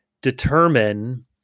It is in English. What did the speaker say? determine